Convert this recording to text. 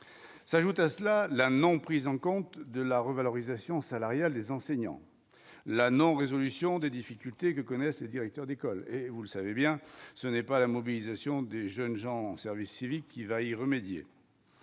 S'ajoute à cela la non prise en compte de la revalorisation salariale des enseignants, la non-résolution des difficultés que connaissent les directeurs d'école et vous le savez bien, ce n'est pas la mobilisation des jeunes gens, service civique qui va y remédier,